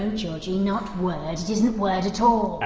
and georgie, not word, it isn't word at all!